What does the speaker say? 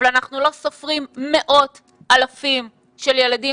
אבל אנחנו לא סופרים מאות אלפים של ילדים